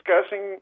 discussing